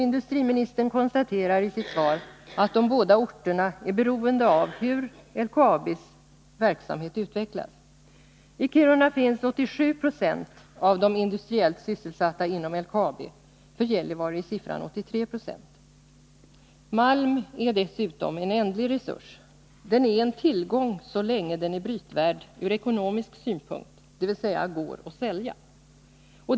Industriministern konstaterar i sitt svar att de båda orterna är beroende av hur LKAB:s verksamhet utvecklas. I Kiruna finns 87 96 av de industriellt sysselsatta inom LKAB. För Gällivare är siffran 83 90. Malm är dessutom en ändlig resurs. Den är en tillgång så länge den är brytvärd ur ekonomisk synpunkt, dvs. går att sälja.